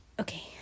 Okay